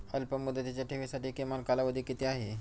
अल्पमुदतीच्या ठेवींसाठी किमान कालावधी किती आहे?